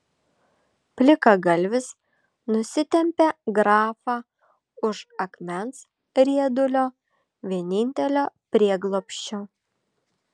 plikagalvis nusitempė grafą už akmens riedulio vienintelio prieglobsčio